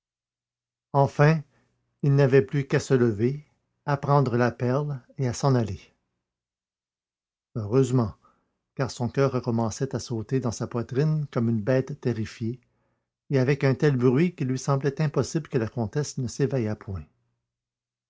enfin il n'avait plus qu'à se lever à prendre la perle et à s'en aller heureusement car son coeur recommençait à sauter dans sa poitrine comme une bête terrifiée et avec un tel bruit qu'il lui semblait impossible que la comtesse ne s'éveillât point